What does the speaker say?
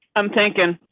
i'm thinking